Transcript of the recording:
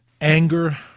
Anger